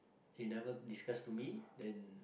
he never discuss to me then